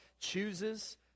chooses